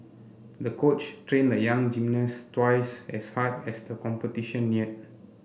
the coach trained the young gymnast twice as hard as the competition neared